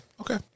Okay